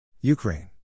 Ukraine